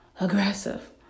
aggressive